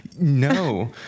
no